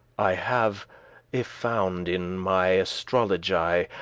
i have y-found in my astrology,